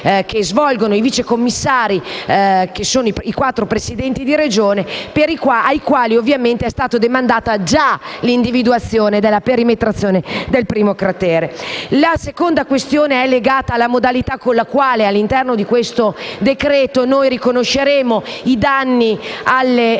che svolgono i vicecommissari, che sono i quattro Presidenti di Regione, ai quali è stata già demandata l'individuazione della perimetrazione del primo cratere. La seconda questione è legata alla modalità con la quale, all'interno di questo decreto, noi riconosceremo i danni ai privati,